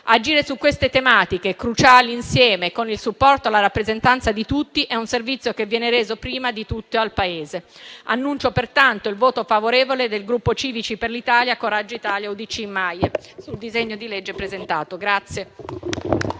Agire su queste tematiche cruciali insieme, con il supporto e la rappresentanza di tutti, è un servizio che viene reso prima di tutto al Paese. Annuncio pertanto il voto favorevole del Gruppo Civici d'Italia-Noi Moderati-MAIE al disegno di legge presentato.